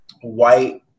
white